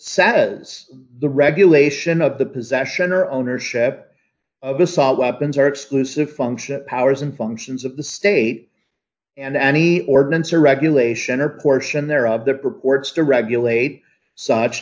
is the regulation of the possession or ownership of assault weapons or exclusive function powers in functions of the state and any ordinance or regulation or portion there